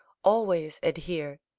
always adhere